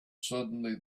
suddenly